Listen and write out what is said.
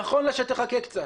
נכון לה שתחכה קצת.